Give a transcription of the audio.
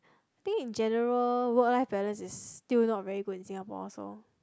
think in general work life balance is still not very good in Singapore so